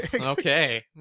Okay